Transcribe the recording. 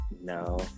no